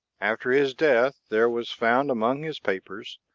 after his death there was found among his papers